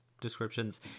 descriptions